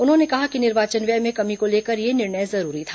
उन्होंने कहा कि निर्वाचन व्यय में कमी को लेकर यह निर्णय जरूरी था